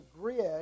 grid